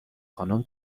خانوم